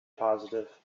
positive